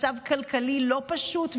מצב כלכלי לא פשוט,